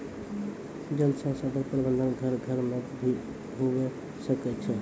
जल संसाधन प्रबंधन घर घर मे भी हुवै सकै छै